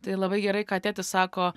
tai labai gerai ką tėtis sako